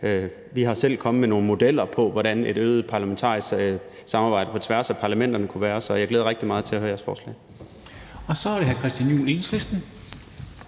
Vi er selv kommet med nogle modeller for, hvordan et øget parlamentarisk samarbejde på tværs af parlamenterne kunne være, så jeg glæder mig rigtig meget til at høre jeres forslag. Kl. 14:29 Formanden (Henrik